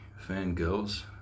fangirls